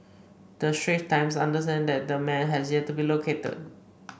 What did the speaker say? the Straits Times understands that the man has yet to be located